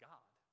God